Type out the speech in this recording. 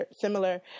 similar